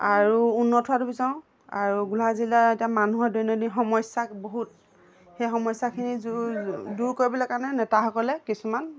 আৰু উন্নত হোৱাটো বিচাৰোঁ আৰু গোলাঘাট জিলাৰ এতিয়া মানুহৰ দৈনন্দিন সমস্যা বহুত সেই সমস্যাখিনি দূৰ কৰিবলৈ কাৰণে নেতাসকলে কিছুমান